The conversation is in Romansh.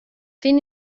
fin